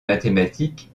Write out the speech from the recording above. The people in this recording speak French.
mathématiques